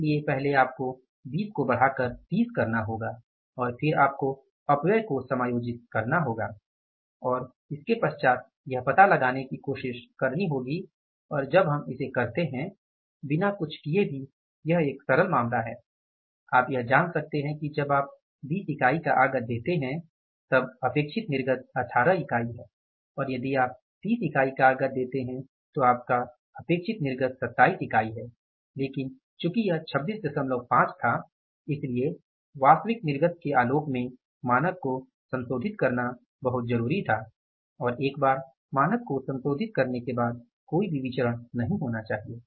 इसलिए पहले आपको 20 को बढ़ाकर 30 करना होगा और फिर आपको अपव्यय को समायोजित करना होगा और फिर पता लगाने की कोशिश करनी होगी और जब हम इसे करते है बिना कुछ किए भी यह एक सरल मामला है आप यह जान सकते हैं कि जब आप 20 इकाई का आगत देते है तब अपेक्षित निर्गत 18 इकाई है और यदि आप 30 इकाई का आगत देते हैं तो आपका अपेक्षित निर्गत 27 इकाई है लेकिन चूंकि यह 265 था इसलिए वास्तविक निर्गत के अलोक में मानक को संशोधित करना बहुत जरूरी था और एक बार मानक को संशोधित करने के बाद कोई भी विचरण नहीं होना चाहिए